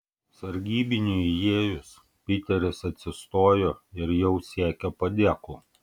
sargybiniui įėjus piteris atsistojo ir jau siekė padėklo